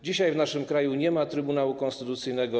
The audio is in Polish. Dzisiaj w naszym kraju nie ma Trybunału Konstytucyjnego.